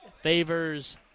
favors